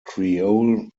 creole